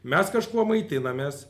mes kažkuo maitinamės